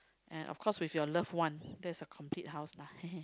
and of course with your love one that is a complete house